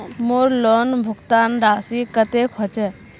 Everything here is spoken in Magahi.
मोर लोन भुगतान राशि कतेक होचए?